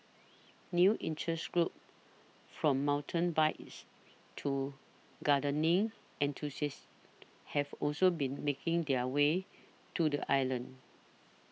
new interest groups from mountain bikers to gardening enthusiasts have also been making their way to the island